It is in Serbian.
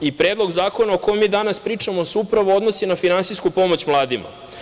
Predlog zakona o kome mi danas pričamo se upravo odnosi na finansijsku pomoć mladima.